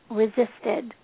resisted